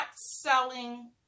selling